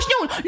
no